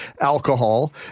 alcohol